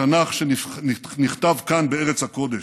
התנ"ך שנכתב כאן, בארץ הקודש.